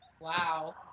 Wow